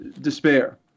despair